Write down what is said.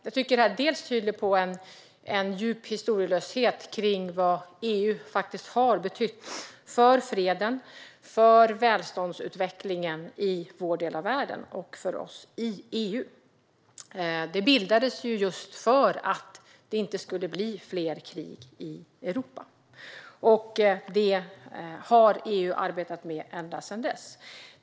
Jag tycker att det här tyder på en djup historielöshet och en okunskap om vad EU har betytt för freden och välståndsutvecklingen i vår del av världen. EU bildades just för att det inte skulle bli fler krig i Europa. Detta har EU arbetat med ända sedan dess.